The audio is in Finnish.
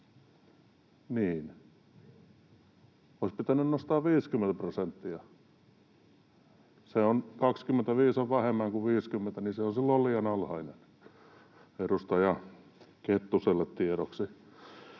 Niin. Olisi pitänyt nostaa 50 prosenttia. 25 on vähemmän kuin 50, joten se on silloin liian alhainen, edustaja Kettuselle tiedoksi.